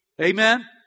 Amen